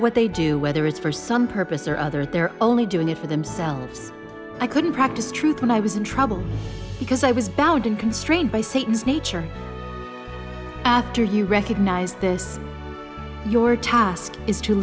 what they do whether it's for some purpose or other they're only doing it for themselves i couldn't practice truth when i was in trouble because i was bound and constrained by satan's nature after you recognize this your task is to